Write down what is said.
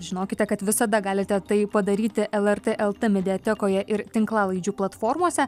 žinokite kad visada galite tai padaryti lrt lt mediatekoje ir tinklalaidžių platformose